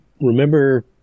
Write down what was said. remember